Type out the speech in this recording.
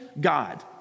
God